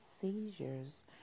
seizures